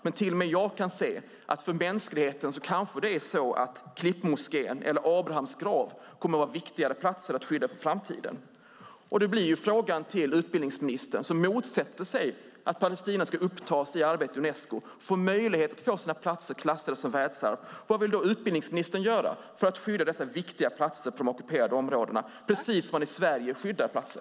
Men till och med jag kan se att det för mänskligheten kanske är Klippmoskén eller Abrahams grav som kommer att vara viktigare platser att skydda för framtiden. Då blir frågan till utbildningsministern, som motsätter sig att Palestina ska upptas i arbete i Unesco och få möjlighet att få sina platser klassade som världsarv, vad han vill göra för att skydda dessa viktiga platser på de ockuperade områdena, precis som man i Sverige skyddar platser.